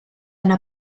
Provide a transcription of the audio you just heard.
yna